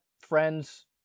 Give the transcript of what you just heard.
Friends